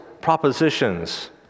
propositions